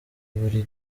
buri